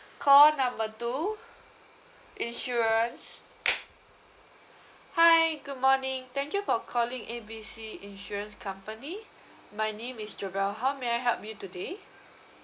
call number two insurance hi good morning thank you for calling A B C insurance company my name is jobelle how may I help you today